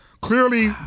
Clearly